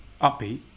Upbeat